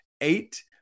Eight